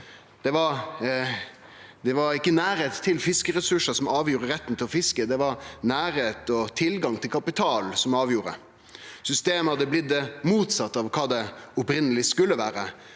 Det var ikkje nærleik til fiskeressursar som avgjorde retten til å fiske, det var nærleik og tilgang til kapital som avgjorde. Systemet hadde blitt det motsette av kva det opphavleg skulle vere.